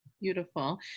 Beautiful